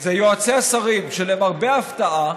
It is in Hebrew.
זה יועצי השרים, שלמרבה ההפתעה,